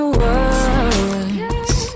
words